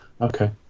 okay